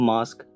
Mask